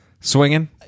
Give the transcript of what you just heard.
Swinging